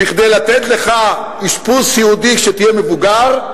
כדי לתת לך אשפוז סיעודי כשתהיה מבוגר,